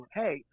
hey